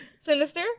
Sinister